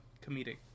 comedic